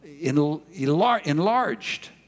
enlarged